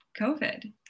COVID